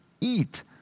eat